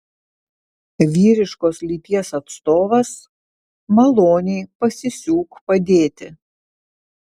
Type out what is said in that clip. vyriškos lyties atstovas maloniai pasisiūk padėti